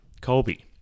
Colby